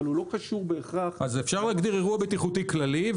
שלא קשור בהכרח --- אפשר להגדיר אירוע בטיחותי כללי,